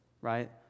right